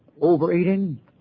overeating